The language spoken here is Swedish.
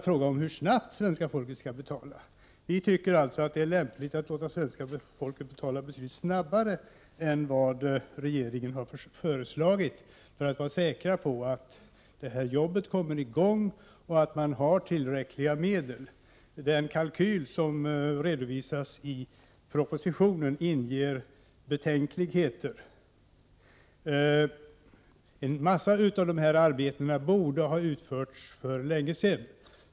Frågan är bara hur snart. Vi tycker att det är lämpligt att låta svenska folket betala tidigare än vad regeringen har föreslagit för att vara säkra på att arbetet kommer i gång och att man har tillräckliga medel. Den kalkyl som redovisas i propositionen inger betänkligheter. En hel del arbeten borde ha utförts för länge sedan.